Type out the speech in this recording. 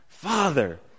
Father